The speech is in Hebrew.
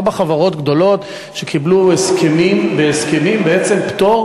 ארבע חברות גדולות שקיבלו בהסכמים פטור